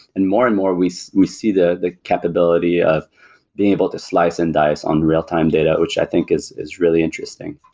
and more and more, we see we see the the capability of being able to slice and dice on real-time data, which i think is is really interesting